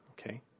okay